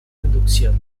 inducción